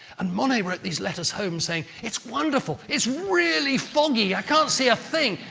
and monet wrote these letters home saying, it's wonderful, it's really foggy, i can't see a thing!